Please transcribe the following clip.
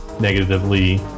negatively